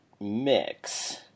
mix –